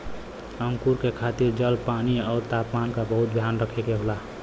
अंकुरण के खातिर जल, पानी आउर तापमान क बहुत ध्यान रखे के होला